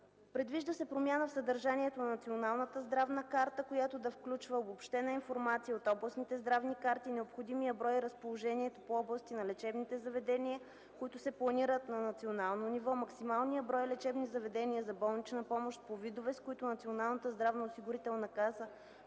предвижда се промяна в съдържанието на Националната здравна карта, която да включва обобщена информация от областните здравни карти, необходимия брой и разположението по области на лечебните заведения, които се планират на национално ниво; максималния брой лечебни заведения за болнична помощ по видове, с които Националната здравноосигурителна каса